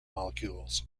molecules